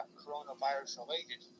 coronavirus-related